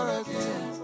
again